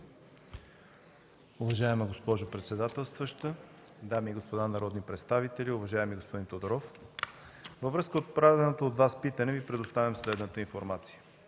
Уважаема госпожо председателстваща, дами и господа народни представители! Уважаеми господин Тодоров, във връзка с отправеното от Вас питане Ви предоставям следната информация.